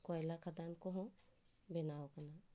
ᱠᱚᱭᱞᱟ ᱠᱷᱟᱫᱟᱱ ᱠᱚᱦᱚᱸ ᱵᱮᱱᱟᱣ ᱟᱠᱟᱱᱟ